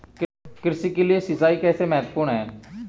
कृषि के लिए सिंचाई कैसे महत्वपूर्ण है?